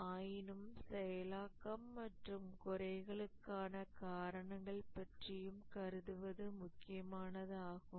ஆயினும் செயலாக்கம் மற்றும் குறைகளுக்கான காரணங்கள் பற்றியும் கருதுவது முக்கியமானதாகும்